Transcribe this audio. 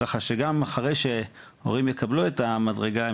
שגם אחרי שהורים יקבלו את המדרגה,